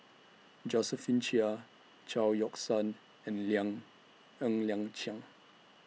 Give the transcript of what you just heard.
Josephine Chia Chao Yoke San and Liang Ng Liang Chiang